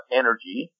energy